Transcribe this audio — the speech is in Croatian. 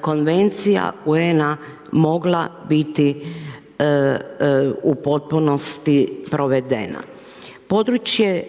Konvencija UN-a mogla biti u potpunosti provedena. Područje